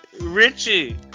Richie